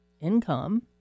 income